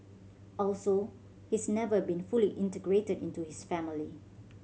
also he's never been fully integrated into his family